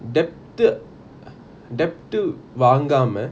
debt eh debt வாங்காம:vangama